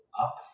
up